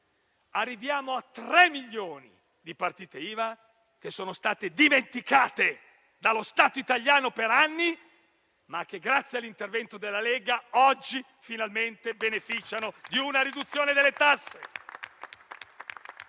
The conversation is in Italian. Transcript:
arriviamo a 3 milioni di partite IVA, che erano state dimenticate per anni dallo Stato italiano. Grazie all'intervento della Lega oggi finalmente beneficiano di una riduzione delle tasse.